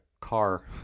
car